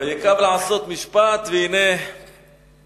ויקו לעשות משפט והנה משפח.